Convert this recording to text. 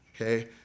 Okay